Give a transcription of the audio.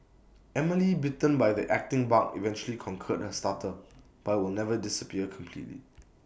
Emily bitten by the acting bug eventually conquered her stutter but will never disappear completely